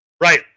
right